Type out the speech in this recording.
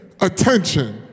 attention